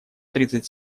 тридцать